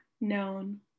known